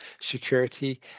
security